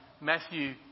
Matthew